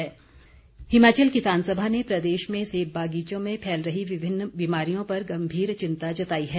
किसान सभा हिमाचल किसान सभा ने प्रदेश में सेब बागीचों में फैल रही विभिन्न बीमारियों पर गम्भीर चिंता जताई है